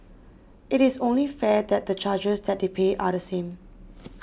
it is only fair that the charges that they pay are the same